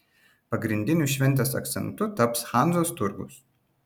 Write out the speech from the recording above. pagrindiniu šventės akcentu taps hanzos turgus